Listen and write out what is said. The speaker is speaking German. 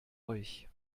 euch